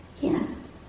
Yes